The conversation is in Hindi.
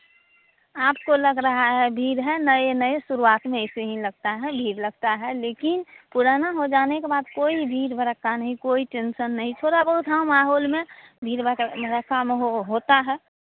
आपको लग रहा है भीड है नए नए शुरुआत में ऐसे ही लगता है भीड़ लगता है लेकिन पुराना हो जाने के बाद कोई भीड़ भड़क्का नहीं कोई टेन्सन नहीं थोड़ा बहुत हाँ माहौल में भीड़ भड़क्का में हो होता है